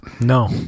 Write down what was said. No